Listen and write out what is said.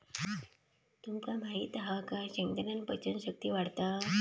तुमका माहित हा काय शेंगदाण्यान पचन शक्ती वाढता